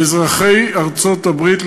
אזרחי ארצות-הברית,